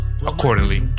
accordingly